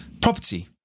property